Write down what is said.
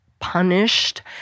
punished